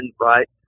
right